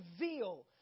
reveal